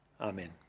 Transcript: Amen